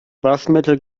waschmittel